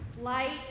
light